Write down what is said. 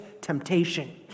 temptation